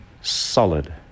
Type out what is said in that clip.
solid